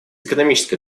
экономической